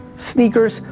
sneakers,